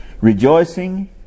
Rejoicing